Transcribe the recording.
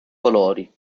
colori